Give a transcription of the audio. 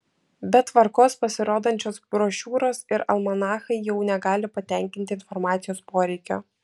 be tvarkos pasirodančios brošiūros ir almanachai jau negali patenkinti informacijos poreikio